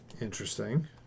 Interesting